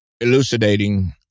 elucidating